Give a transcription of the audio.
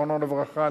זיכרונו לברכה,